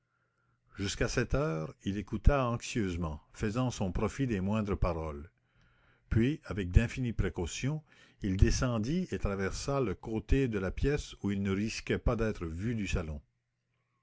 jusqu'à sept heures il écouta anxieusement faisant son profit des moindres paroles puis avec d'infinies précautions il descendit et traversa le côté de la pièce où il ne risquait pas d'être vu du salon